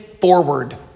forward